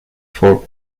for